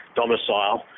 domicile